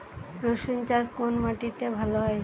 রুসুন চাষ কোন মাটিতে ভালো হয়?